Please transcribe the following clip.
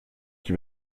qui